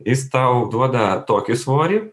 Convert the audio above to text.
jis tau duoda tokį svorį